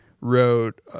wrote